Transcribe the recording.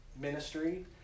ministry